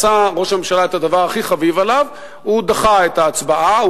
עשה ראש הממשלה את הדבר הכי חביב עליו: הוא דחה את ההצבעה.